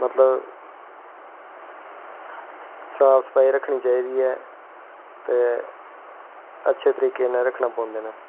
मतलव साफ सफाई रक्खनी चाही दी ऐ ते अच्छे तरीके नै रक्खनें पौंदे न